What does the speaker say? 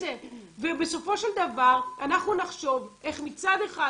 בסופו של דבר אנחנו נחשוב איך מצד אחד